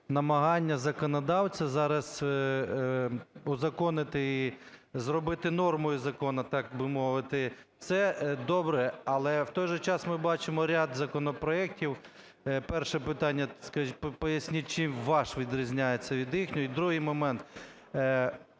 намагання законодавця зараз узаконити, зробити нормою закону, так би мовити, це добре. Але в той же час ми бачимо ряд законопроектів, перше питання, поясніть, чим ваш відрізняється від інших? Другий момент.